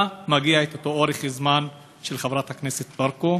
מגיע אותו אורך זמן של חברת הכנסת ברקו,